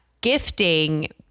gifting